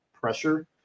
pressure